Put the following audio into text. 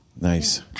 Nice